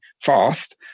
fast